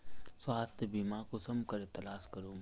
स्वास्थ्य बीमा कुंसम करे तलाश करूम?